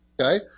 okay